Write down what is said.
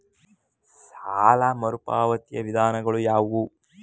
ಸಾಲ ಮರುಪಾವತಿಯ ವಿಧಾನಗಳು ಯಾವುವು?